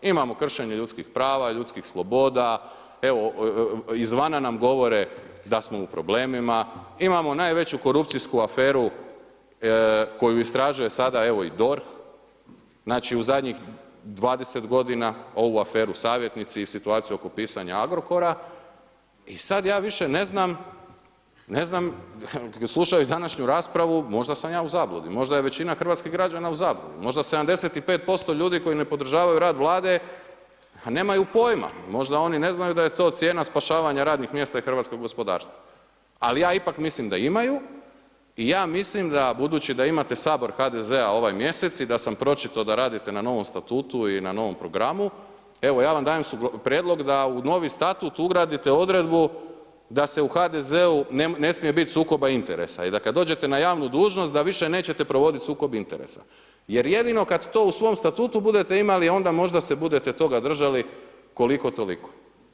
Imamo kršenje ljudskih prava, ljudskih sloboda, evo izvana nam govore da smo u problemima, imamo najveću korupcijsku aferu koju istražuje sada evo i DORH, znači u zadnjih 20 godina, ovu aferu savjetnici i situaciju oko pisanja Agrokora i sad ja više ne znam, slušajuć današnju raspravu, možda sam ja u zabludi, možda je većina hrvatskih građana u zabludi, možda 75% ljudi koji ne podržavaju rad Vlade nemaju pojma, možda oni ne znaju da je to cijena spašavanja radnih mjesta i hrvatskog gospodarstva, ali ja ipak mislim da imaju i ja mislim da, budući da imate Sabor HDZ-a ovaj mjesec i da sam pročitao da radite na novom Statutu i na novom programu, evo ja vam dajem prijedlog da u novi Statut ugradite odredbu da se u HDZ-u ne smije bit sukob interesa i da kad dođete na javnu dužnost da više nećete provodit sukob interesa jer jedino kad to u svom statutu budete imali, onda možda se budete toga držali koliko toliko.